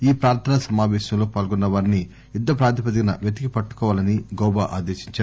ఈ ప్రార్థనా సమాపేశంలో పాల్గొన్నవారిని యుద్ద ప్రాతిపదికన పెతికి పట్టుకోవాలని గోబా ఆదేశించారు